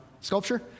Sculpture